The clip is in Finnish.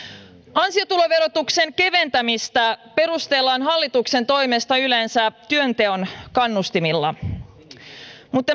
ansiotuloverotuksen keventämistä perustellaan hallituksen toimesta yleensä työnteon kannustimilla mutta